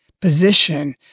position